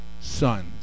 Sons